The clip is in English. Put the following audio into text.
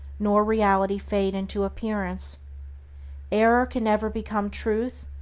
nor reality fade into appearance error can never become truth,